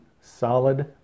solid